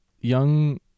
young